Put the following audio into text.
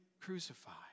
crucified